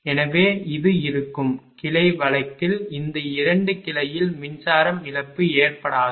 எனவே இது இருக்கும் கிளை வழக்கில் இந்த இரண்டு கிளையில் மின்சாரம் இழப்பு ஏற்படாது